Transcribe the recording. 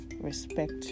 respect